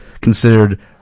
considered